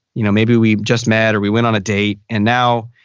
you know maybe we just met, or we went on a date and now